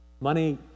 Money